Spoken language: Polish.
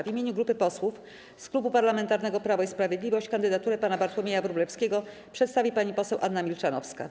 W imieniu grupy posłów z Klubu Parlamentarnego Prawo i Sprawiedliwość kandydaturę pana Bartłomieja Wróblewskiego przedstawi pani poseł Anna Milczanowska.